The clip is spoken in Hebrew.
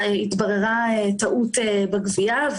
התבררה טעות בגבייה,